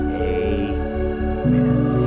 Amen